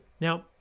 Now